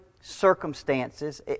circumstances